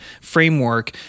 framework